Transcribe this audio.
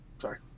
Sorry